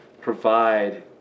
provide